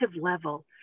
level